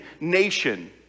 nation